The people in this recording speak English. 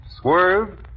swerve